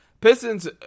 Pistons